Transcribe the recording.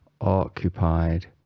occupied